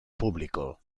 público